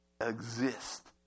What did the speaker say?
exist